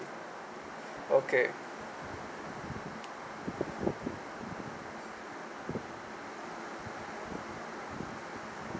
okay